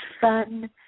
fun